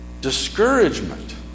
discouragement